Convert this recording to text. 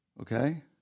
Okay